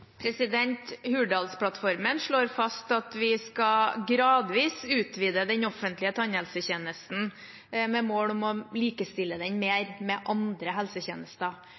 Hurdalsplattformen slår fast at vi gradvis skal utvide den offentlige tannhelsetjenesten, med mål om å likestille den mer med andre helsetjenester.